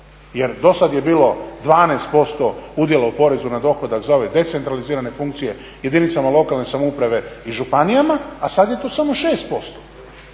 jer do sada je bilo 12% udjela u porezu na dohodak za ove decentralizirane funkcije jedinice lokalne samouprave i županijama, a sada je to samo 6%